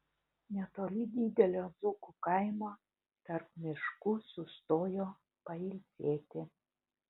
netoli didelio dzūkų kaimo tarp miškų sustojo pailsėti